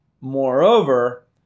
Moreover